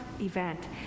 event